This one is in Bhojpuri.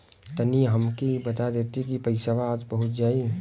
तनि हमके इ बता देती की पइसवा आज पहुँच जाई?